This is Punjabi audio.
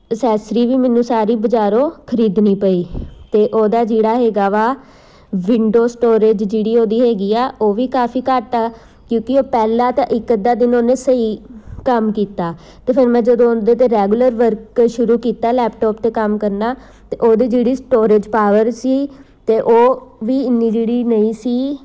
ਅਸੈਸਰੀ ਮੈਨੂੰ ਸਾਰੀ ਬਜ਼ਾਰੋ ਖਰੀਦਣੀ ਪਈ ਅਤੇ ਉਹਦਾ ਜਿਹੜਾ ਹੈਗਾ ਵਾ ਵਿੰਡੋ ਸਟੋਰੇਜ ਜਿਹੜੀ ਉਹਦੀ ਹੈਗੀ ਆ ਉਹ ਵੀ ਕਾਫ਼ੀ ਘੱਟ ਆ ਕਿਉਂਕਿ ਉਹ ਪਹਿਲਾ ਤਾਂ ਇੱਕ ਅੱਧਾ ਦਿਨ ਉਹਨੇ ਸਹੀ ਕੰਮ ਕੀਤਾ ਅਤੇ ਫਿਰ ਮੈਂ ਜਦੋਂ ਉਹਦੇ 'ਤੇ ਰੈਗੂਲਰ ਵਰਕ ਸ਼ੁਰੂ ਕੀਤਾ ਲੈਪਟੋਪ 'ਤੇ ਕੰਮ ਕਰਨਾ ਅਤੇ ਉਹਦੇ ਜਿਹੜੀ ਸਟੋਰੇਜ ਪਾਵਰ ਸੀ ਤਾਂ ਉਹ ਵੀ ਇੰਨੀ ਜਿਹੜੀ ਨਹੀਂ ਸੀ